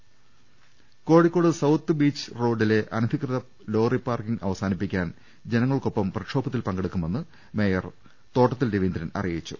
പുറപ്പെട്ടത്ത Kozhikode South Beach റോഡിലെ അനധികൃത lorry parking അവസാനിപ്പിക്കാൻ ജനങ്ങൾക്കൊപ്പം പ്രക്ഷോഭത്തിൽ പങ്കെടുക്കുമെന്ന് മേയർ തോട്ടത്തിൽ രവീന്ദ്രൻ അറിയിച്ചു